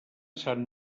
sant